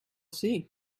see